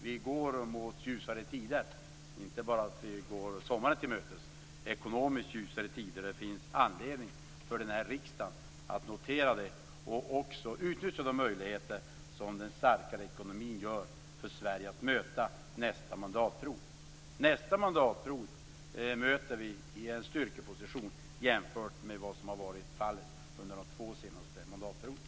Vi går mot ljusare tider - inte bara för att vi går sommaren till mötes. Vi går också mot ekonomiskt ljusare tider. Det finns anledning för den här riksdagen att notera det och också utnyttja de möjligheter som den starkare ekonomin ger Sverige att möta nästa mandatperiod. Nästa mandatperiod möter vi i en styrkeposition jämfört med vad som har varit fallet under de två senaste mandatperioderna.